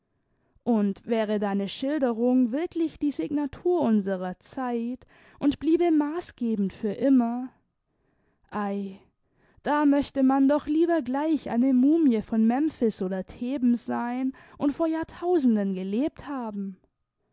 und wäre deine schilderung wirklich die signatur unserer zeit und bliebe maßgebend für immer ei da möchte man doch lieber gleich eine mumie von memphis oder theben sein und vor jahrtausenden gelebt haben